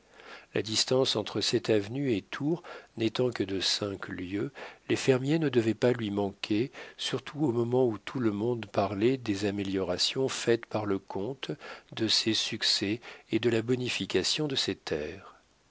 la distance entre cette avenue et tours n'étant que de cinq lieues les fermiers ne devaient pas lui manquer surtout au moment où tout le monde parlait des améliorations faites par le comte de ses succès et de la bonification de ses terres